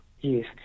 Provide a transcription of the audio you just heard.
Yes